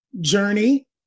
journey